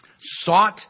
sought